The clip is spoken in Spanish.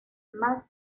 más